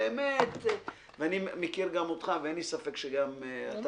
אני מכיר גם אותך ואין לי ספק שגם אתה